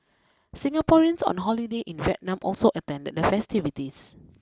Singaporeans on holiday in Vietnam also attended the festivities